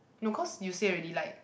no cause you say already like